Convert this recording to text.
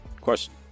Question